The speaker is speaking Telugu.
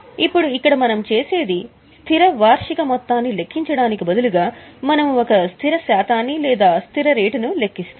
ఇప్పుడు ఇక్కడ మనం చేసేది స్థిర వార్షిక మొత్తాన్ని లెక్కించడానికి బదులుగా మనము ఒక స్థిర శాతాన్ని లేదా స్థిర రేటును లెక్కిస్తాము